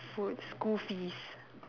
food school fees